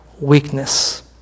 weakness